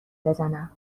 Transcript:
بزنم